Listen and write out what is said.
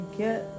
get